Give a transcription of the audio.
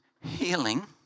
healing